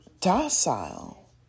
docile